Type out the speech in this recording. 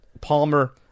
Palmer